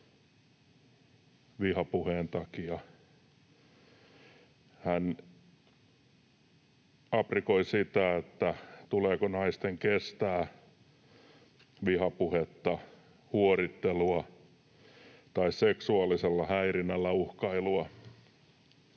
vihapuheen takia. Hän aprikoi sitä, tuleeko naisten kestää vihapuhetta, huorittelua tai seksuaalisella häirinnällä uhkailua.